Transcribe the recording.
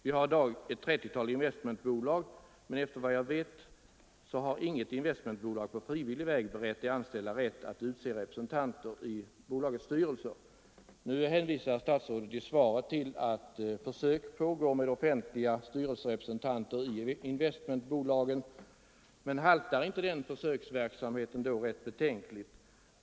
Vi har i dag ett 30-tal investmentbolag, men efter vad jag vet har inget investmentbolag på frivillig väg berett de anställda rätt att utse representanter Statsrådet hänvisar i svaret till att försök pågår med offentliga styrelserepresentanter i investmentbolagen. Men haltar inte den försöksverksamheten rätt betänkligt?